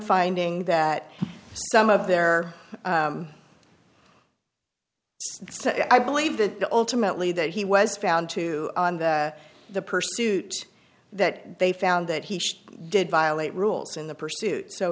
finding that some of their i believe that ultimately that he was found to the pursuit that they found that he did violate rules in the pursuit so